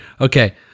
Okay